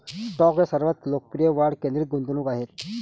stock हे सर्वात लोकप्रिय वाढ केंद्रित गुंतवणूक आहेत